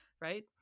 right